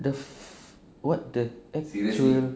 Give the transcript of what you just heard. the f~ what the F